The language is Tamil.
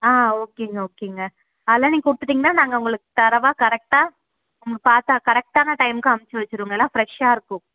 ஆ ஓகேங்க ஓகேங்க அதெல்லாம் நீங்கள் கொடுத்துட்டீங்கன்னா நாங்கள் உங்களுக்கு தரமா கரெக்டாக உங்களுக்கு ஃபாஸ்ட்டாக கரெக்டான டைமுக்கு அனுப்ச்சு வெச்சிருவோங்க எல்லாம் ஃபிரெஷ்ஷாக இருக்கும்